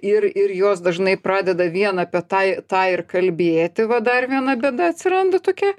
ir ir jos dažnai pradeda vien apie tą tą ir kalbėti va dar viena bėda atsiranda tokia